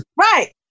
Right